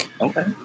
Okay